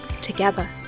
together